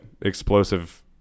explosive